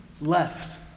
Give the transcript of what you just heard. left